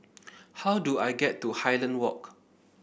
how do I get to Highland Walk